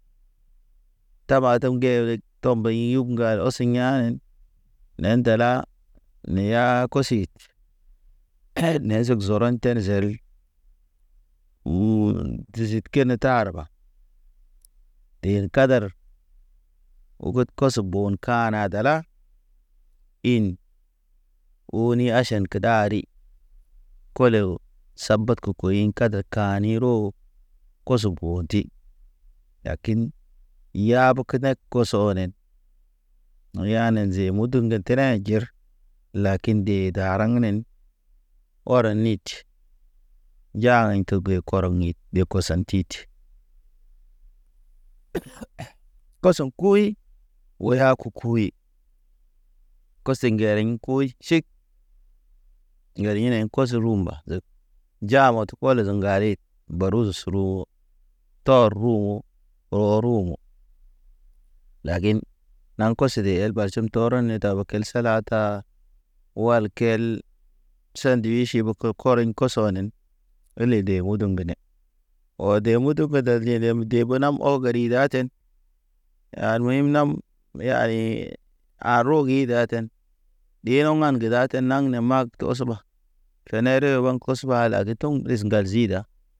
Tama tum ŋge wek tɔm mbey yug ŋgal ɔsi ya̰ yen, ne ndala, neya kosi kɛt ne zog zoron ten zeru. Uun tizit kenet ta harba, Den kader ugud kos bon ka na dala in o ni aʃan ke ɗari, kole o, sabat ke koɲi kader kani roho. Koso bɔ ndi lakin, yab kenek kosonen, yane ze mudu ŋgel terḛ jer. Lakin de daraŋ nen ɔro nit ja aɲto ge kɔrɔ ɲit de kɔsaŋ tit. Kɔsoŋ kuyi oya ku kuwi. Kosi ŋgereŋ kuwi tʃig. Ŋgar yenen kos rumba ge ja mod kolɔ se ŋgalit, baru suru o, tɔr ruho rorumon h. Lakin kɔs el nakos de el ɓatcbo tɔ to rone tab kel salata, wal kel sandwichi be ko koraiɲ kɔs wanen. Ele de udu ŋgene ɔde mudug dal de ɗem be ol geri ra ten. Al muyim ne muyi nam ne yani. A rogi da ten. Ɗe no man ge daten naŋ ne mag te ɔsba tenere ban kɔs ba la ge tɔŋ ɗis ŋgal zida.